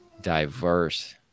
diverse